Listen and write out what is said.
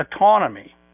autonomy